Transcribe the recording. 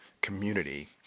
community